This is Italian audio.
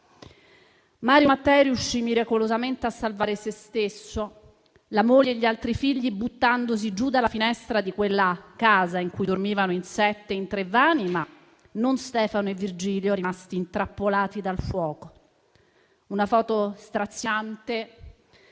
Mario Mattei riuscì miracolosamente a salvare se stesso, la moglie e gli altri figli, buttandosi giù dalla finestra di quella casa in cui dormivano in sette in tre vani, ma non Stefano e Virgilio, rimasti intrappolati dal fuoco. Una foto straziante